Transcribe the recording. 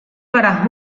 gara